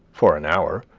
for an hour,